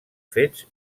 fets